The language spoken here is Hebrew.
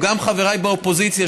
גם חבריי באופוזיציה,